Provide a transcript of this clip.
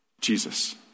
Jesus